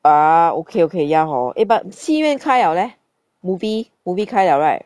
ah okay okay ya hor eh but 戏院开 liao leh movie movie 开 liao right